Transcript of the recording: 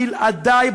בלעדי,